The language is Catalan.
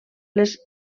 les